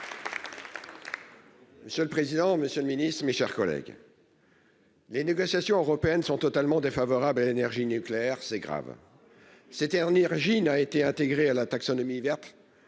Ce président, Monsieur le Ministre, mes chers collègues. Les négociations européennes sont totalement défavorable à l'énergie nucléaire, c'est grave. C'était Energie-n'a été intégré à la taxonomie verte